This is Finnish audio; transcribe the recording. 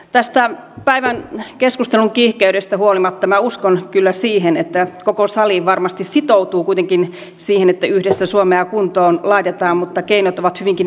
tästä päivän keskustelun kiihkeydestä huolimatta minä uskon kyllä siihen että koko sali varmasti sitoutuu kuitenkin siihen että yhdessä suomea kuntoon laitetaan mutta keinot ovat hyvinkin erilaiset